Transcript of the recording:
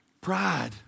Pride